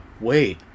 wait